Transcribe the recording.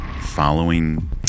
following